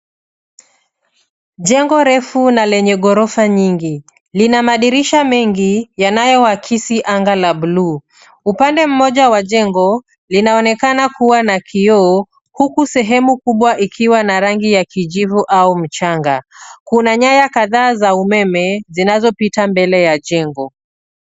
Jengo refu na lenye ghorofa nyingi. Lina madirisha mengi yanayoakisi anga ya bluu. Upande mmoja wa jengo linaonekana kuwa na kioo huku sehemu kubwa ikiwa na rangi ya kijivu au mchanga. Kuna nyaya kadhaa za umeme zinazopita mbele ya jengo.